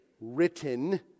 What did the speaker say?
written